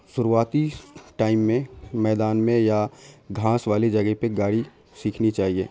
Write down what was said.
شروعاتی ٹائم میں میدان میں یا گھانس والی جگہ پہ گاڑی سیکھنی چاہیے